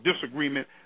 disagreement